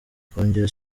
kongera